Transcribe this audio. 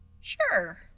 Sure